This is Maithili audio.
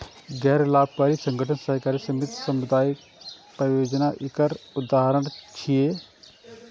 गैर लाभकारी संगठन, सहकारी समिति, सामुदायिक परियोजना एकर उदाहरण छियै